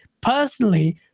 personally